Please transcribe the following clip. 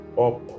up